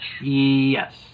Yes